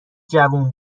جوون